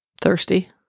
Thirsty